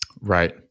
Right